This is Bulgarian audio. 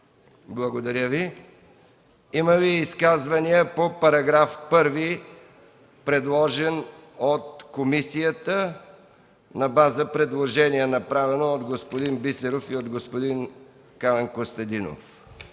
Благодаря Ви. Има ли изказвания по § 1, предложен от комисията на база предложение, направено от господин Христо Бисеров и Камен Костадинов?